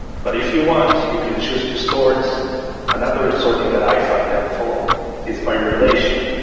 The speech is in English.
but if you want you can choose to sort another sorting that i find helpful is by relation.